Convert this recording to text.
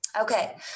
Okay